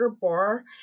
bar